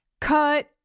Cut